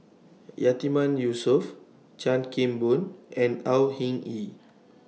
Yatiman Yusof Chan Kim Boon and Au Hing Yee